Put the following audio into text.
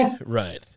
Right